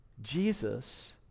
Jesus